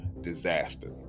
disaster